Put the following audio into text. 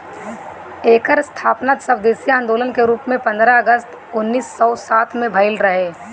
एकर स्थापना स्वदेशी आन्दोलन के रूप में पन्द्रह अगस्त उन्नीस सौ सात में भइल रहे